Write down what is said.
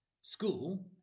school